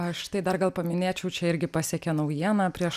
aš tai dar gal paminėčiau čia irgi pasiekė naujiena prieš